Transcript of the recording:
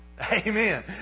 Amen